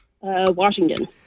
Washington